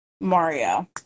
Mario